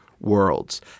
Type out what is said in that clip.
worlds